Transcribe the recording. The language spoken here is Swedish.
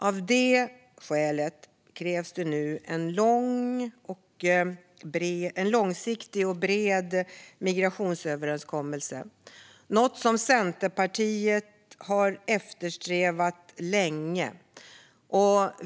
Av det skälet krävs nu en långsiktig och bred migrationsöverenskommelse, något som Centerpartiet länge har eftersträvat.